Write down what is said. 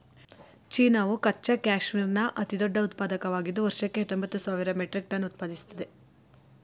ಚೀನಾವು ಕಚ್ಚಾ ಕ್ಯಾಶ್ಮೀರ್ನ ಅತಿದೊಡ್ಡ ಉತ್ಪಾದಕವಾಗಿದ್ದು ವರ್ಷಕ್ಕೆ ಹತ್ತೊಂಬತ್ತು ಸಾವಿರ ಮೆಟ್ರಿಕ್ ಟನ್ ಉತ್ಪಾದಿಸ್ತದೆ